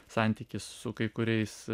santykis su kai kuriais